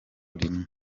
rimwe